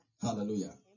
Hallelujah